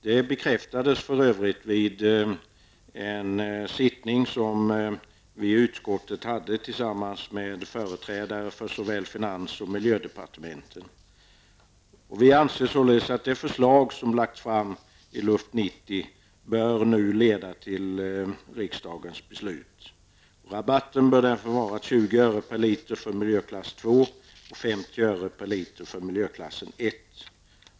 Det bekräftades för övrigt vid en sittning som vi i utskottet hade tillsammans med företrädare för såväl finans som miljödepartementet. Det förslag som har lagts fram i LUFT '90 bör nu leda till beslut av riksdagen. Rabatten bör vara 20 öre per liter för miljöklass 2 och 50 öre per liter för miljöklass 1.